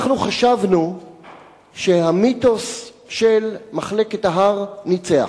אנחנו חשבנו שהמיתוס של "מחלקת ההר" ניצח,